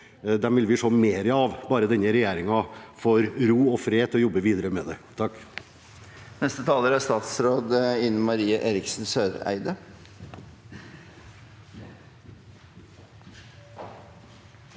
de vil vi se mer av, bare denne regjeringen får ro og fred til å jobbe videre med det.